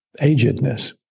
agedness